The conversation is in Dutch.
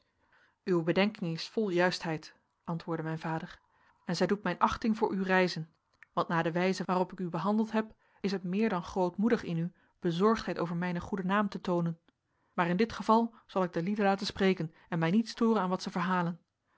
uwe bedenking is vol juistheid antwoordde mijn vader en zij doet mijn achting voor u rijzen want na de wijze waarop ik u behandeld heb is het meer dan grootmoedig in u bezorgdheid voor mijnen goeden naam te toonen maar in dit geval zal ik de lieden laten spreken en mij niet storen aan wat zij verhalen